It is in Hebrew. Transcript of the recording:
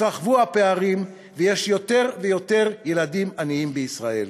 התרחבו הפערים ויש יותר ויותר ילדים עניים בישראל.